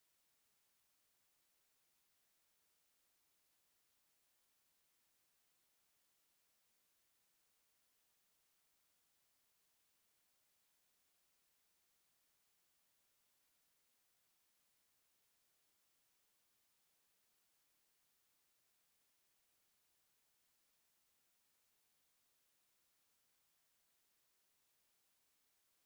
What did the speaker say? Umurongo w’ibyumba by’ishuri uhagaze neza, buri cyumba gifite imiryango y’ubururu n’amadirishya y’ubururu. Iri bara ry'amahoro ryongera ubwiza n’ituze mu myigire. Izuba rirakirana ku madirishya, ritanga urumuri. Ni ahantu hateguwe, hatanga ibisubizo, kandi hatera akanyamuneza ku banyeshuri bashishikajwe no kwiga.